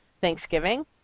Thanksgiving